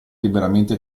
liberamente